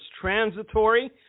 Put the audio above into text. transitory